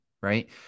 right